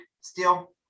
Steel